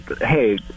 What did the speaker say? Hey